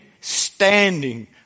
standing